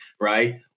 Right